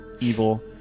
evil